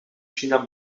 china